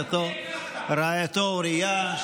רעייתו אוריה,